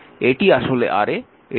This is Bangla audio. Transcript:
এটি আসলে Ra এটি Rb এবং এটি Rc